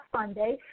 Sunday